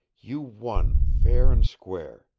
you won, fair and square.